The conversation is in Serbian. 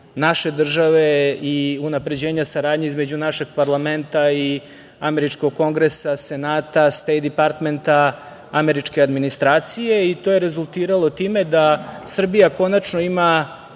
naše države i unapređenja saradnje između našeg parlamenta i američkog Kongresa, Senata, Stejt Dipartmenta, američke administracije i to je rezultiralo time da Srbija konačno ima